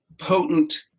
potent